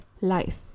life